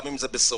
גם אם זה בסעודיה.